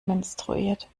menstruiert